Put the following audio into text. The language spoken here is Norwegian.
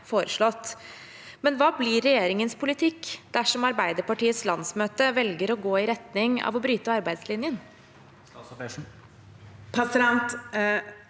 Men hva blir regjeringens politikk dersom Arbeiderpartiets landsmøte velger å gå i retning av å bryte arbeidslinja?